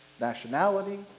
nationality